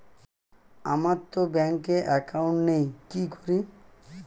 আমারতো ব্যাংকে একাউন্ট নেই কি করি?